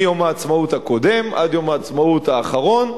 מיום העצמאות הקודם עד יום העצמאות האחרון,